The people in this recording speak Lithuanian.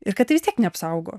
ir kad tai vis tiek neapsaugo